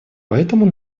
поэтому